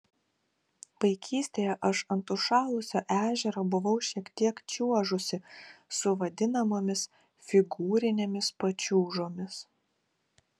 vaikystėje aš ant užšalusio ežero buvau šiek tiek čiuožusi su vadinamomis figūrinėmis pačiūžomis